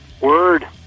Word